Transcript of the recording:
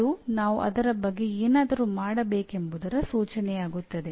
ಅದು ನಾವು ಅದರ ಬಗ್ಗೆ ಏನಾದರೂ ಮಾಡಬೇಕೆಂಬುದರ ಸೂಚನೆಯಾಗುತ್ತದೆ